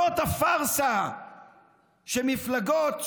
זאת הפארסה של מפלגות,